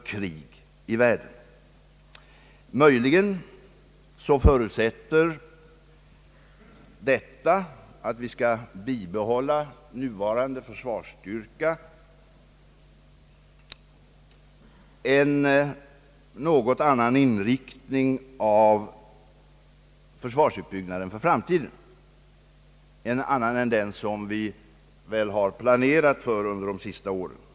Detta har jag gett uttryck för i några anföranden och herr Ståhl ville att jag skulle närmare ingå på vad jag har avsett med mina uttalanden. Jag har inte uttalat något annat än det som finns skisserat i utredningsdirektiven A och B till ÖB. Där finns en skiss för vissa omställningar av försvaret som kan bli nödvändiga vid en lägre ekonomisk nivå för försvaret. Uttrycket »segt försvar av ytan och territoriet», som enligt mitt uttalande skulle beaktas av de expertutredningar som ÖB håller på med, finns inte i den skiss till ÖB utredningar som inryms i alternativen A och B.